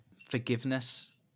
forgiveness